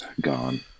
gone